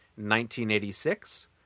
1986